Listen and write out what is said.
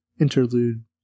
Interlude